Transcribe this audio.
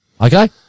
Okay